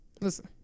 Listen